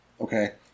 okay